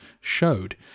showed